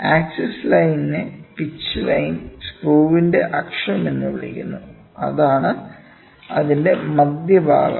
axis ലൈനിനെ pitch line സ്ക്രൂവിന്റെ അക്ഷം എന്ന് വിളിക്കുന്നു അതാണ് അതിന്റെ മധ്യഭാഗം